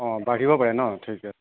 অঁঁ বাঢ়িব পাৰে ন ঠিক আছে